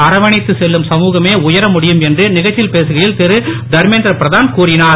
அரவணைத்து செல்லும் சமூகமே உயர முடியும் என்று நிகழ்ச்சியில் பேசுகையில் திரு தர்மேந்திரபிரதான் கூறினார்